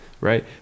Right